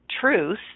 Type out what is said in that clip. truth